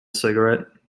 cigarette